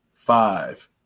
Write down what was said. Five